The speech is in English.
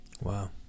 wow